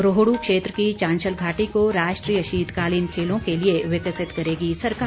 रोहडू क्षेत्र की चांशल घाटी को राष्ट्रीय शीतकालीन खेलों के लिए विकसित करेगी सरकार